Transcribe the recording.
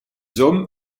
hommes